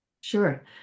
sure